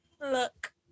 Look